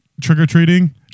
trick-or-treating